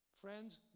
Friends